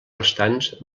restants